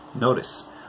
notice